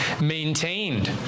maintained